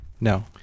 No